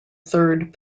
third